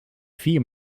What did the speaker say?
vier